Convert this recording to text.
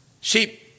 sheep